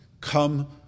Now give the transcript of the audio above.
come